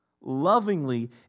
lovingly